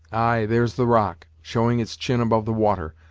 ay, there's the rock, showing its chin above the water,